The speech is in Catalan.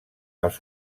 als